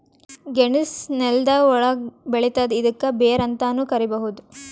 ಗೆಣಸ್ ನೆಲ್ದ ಒಳ್ಗ್ ಬೆಳಿತದ್ ಇದ್ಕ ಬೇರ್ ಅಂತಾನೂ ಕರಿಬಹುದ್